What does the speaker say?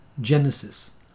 genesis